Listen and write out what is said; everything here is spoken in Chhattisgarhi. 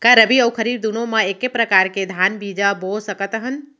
का रबि अऊ खरीफ दूनो मा एक्के प्रकार के धान बीजा बो सकत हन?